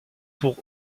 pour